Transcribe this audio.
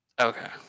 Okay